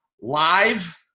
live